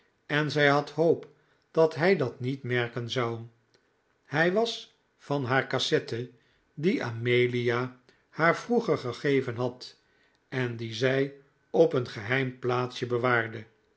en zij had hoop dat hij dat niet merken zou hij was van haar cassette die amelia haar vroeger gegeven had en die zij op een geheim plaatsje bewaarde